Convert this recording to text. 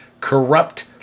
Corrupt